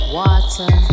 water